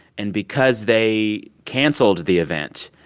and because they canceled the event,